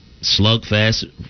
slugfest